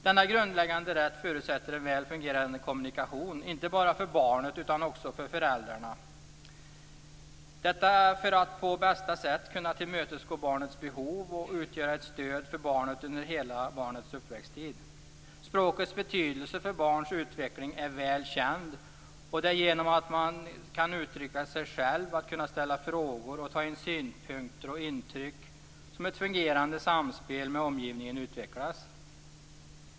Denna grundläggande rätt förutsätter en väl fungerande kommunikation, inte bara för barnet utan också för föräldrarna - detta för att på bästa sätt kunna tillmötesgå barnets behov och utgöra ett stöd för barnet under hela barnets uppväxttid. Språkets betydelse för barns utveckling är väl känd. Det är genom att kunna uttrycka sig själv, ställa frågor och ta in synpunkter och intryck som ett fungerande samspel med omgivningen utvecklas.